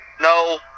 No